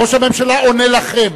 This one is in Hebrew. ראש הממשלה עונה לכם.